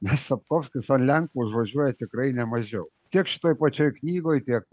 mes sapkovskis ant lenkų užvažiuoja tikrai ne mažiau tiek šitoj pačioj knygoj tiek